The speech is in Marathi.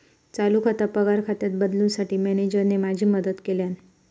चालू खाता पगार खात्यात बदलूंसाठी मॅनेजरने माझी मदत केल्यानं